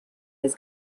his